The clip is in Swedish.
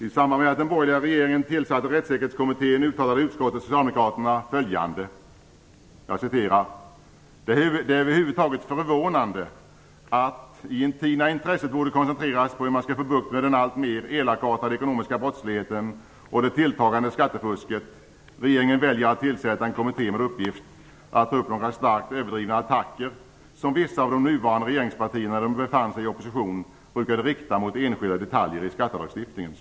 I samband med att den borgerliga regeringen tillsatte Rättssäkerhetskommittén uttalade utskottets socialdemokrater följande: "Det är över huvud taget förvånande att, i en tid när intresset borde koncentreras på hur man skall få bukt med den alltmer elakartade ekonomiska brottsligheten och det tilltagande skattefusket, regeringen väljer att tillsätta en kommitté med uppgift att ta upp några starkt överdrivna attacker som vissa av de nuvarande regeringspartierna, när de befann sig i opposition, brukade rikta mot enskilda detaljer i skattelagstiftningen."